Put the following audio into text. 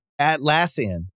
Atlassian